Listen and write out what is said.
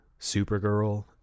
Supergirl